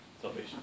salvation